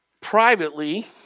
privately